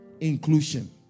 inclusion